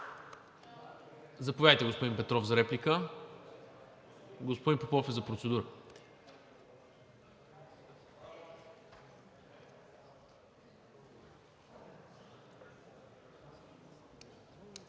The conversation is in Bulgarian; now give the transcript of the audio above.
Заповядайте, господин Петров, за реплика. (Реплика.) Господин Попов е за процедура.